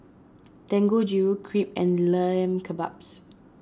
Dangojiru Crepe and Lamb Kebabs